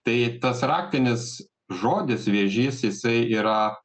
tai tas raktinis žodis vėžys jisai yra